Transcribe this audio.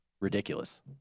ridiculous